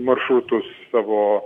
maršrutus savo